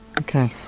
okay